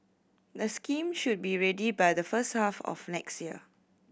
the scheme should be ready by the first half of next year